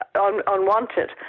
unwanted